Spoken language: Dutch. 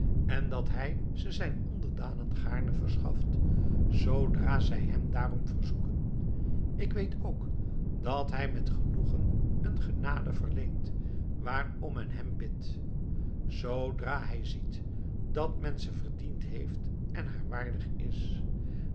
en dat hij ze zijn onderdanen gaarne verschaft zoodra zij hem daarom verzoeken ik weet ook dat hij met genoegen een genade verleent waarom men hem bidt zoodra hij ziet dat men ze verdiend heeft en haar waardig is